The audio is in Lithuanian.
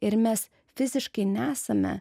ir mes fiziškai nesame